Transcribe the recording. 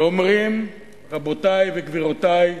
ואומרים: רבותי וגבירותי,